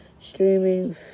streaming